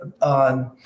on